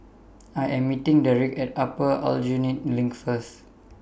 I Am meeting Derik At Upper Aljunied LINK First